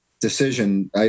decision